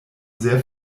sehr